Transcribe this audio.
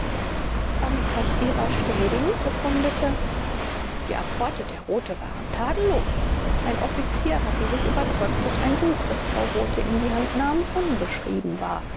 bankkassierer städing bekundete die apporte der rothe waren tadellos ein offizier hatte sich überzeugt daß ein buch das frau rothe in die hand nahm unbeschrieben war